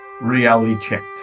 reality-checked